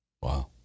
Wow